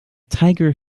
tiger